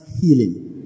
healing